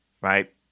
right